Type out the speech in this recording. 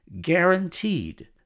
guaranteed